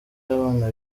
abana